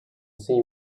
see